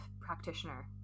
practitioner